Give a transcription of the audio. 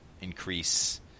increase